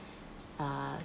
uh